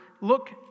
Look